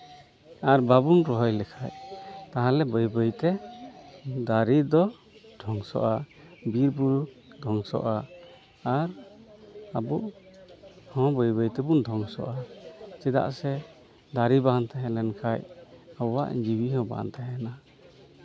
ᱟᱨ ᱵᱟᱵᱚᱱ ᱨᱚᱦᱚᱭ ᱞᱮᱠᱷᱟᱡ ᱛᱟᱦᱞᱮ ᱵᱟᱹᱭ ᱵᱟᱹᱭᱛᱮ ᱫᱟᱨᱮ ᱫᱚ ᱫᱷᱚᱝᱥᱚᱜᱼᱟ ᱵᱤᱨᱼᱵᱩᱨᱩ ᱫᱷᱚᱝᱥᱚᱜᱼᱟ ᱟ ᱟᱵᱚ ᱦᱚᱸ ᱵᱟᱹᱭ ᱵᱟᱹᱭ ᱛᱮᱵᱚᱱ ᱫᱷᱚᱝᱥᱚᱜᱼᱟ ᱪᱮᱫᱟᱜ ᱥᱮ ᱫᱟᱨᱮ ᱵᱟᱝ ᱛᱟᱦᱮᱱ ᱞᱮᱱᱠᱷᱟᱡ ᱟᱵᱚᱣᱟᱜ ᱡᱤᱶᱤ ᱦᱚᱸ ᱵᱟᱝ ᱛᱟᱦᱮᱱᱟ